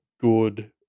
good